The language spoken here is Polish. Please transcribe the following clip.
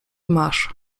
masz